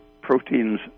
proteins